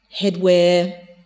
headwear